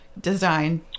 design